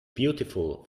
beautiful